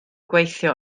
gweithio